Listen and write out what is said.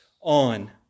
on